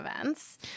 events